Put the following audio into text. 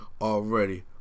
already